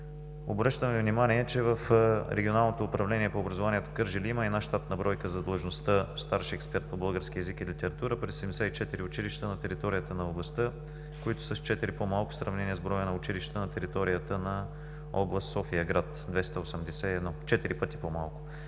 Обръщам Ви внимание, че в Регионалното управление по образованието в Кърджали има една щатна бройка за длъжността „старши експерт по български език и литература“ при 74 училища на територията на областта, които са с четири пъти по-малко в сравнение с броя на училищата на територията на област София-град – 281. Единствено